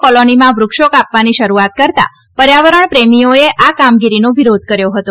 કોલોનીમાં વૃક્ષો કાપવાની શરૂઆત કરતાં પર્યાવરણ પ્રેમીઓએ આ કામગીરીનો વિરોધ કર્યો હતો